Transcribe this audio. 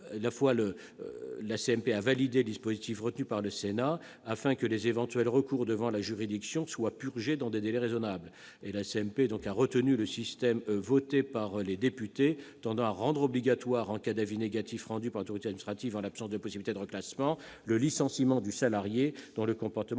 tout en validant le dispositif retenu par le Sénat afin que les éventuels recours devant la juridiction administrative soient purgés dans des délais raisonnables, la commission mixte paritaire a retenu le système voté par les députés tendant à rendre obligatoire, en cas d'avis négatif rendu par l'autorité administrative et en l'absence de possibilité de reclassement, le licenciement du salarié dont le comportement